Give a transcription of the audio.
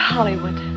Hollywood